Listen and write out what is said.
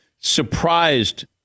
surprised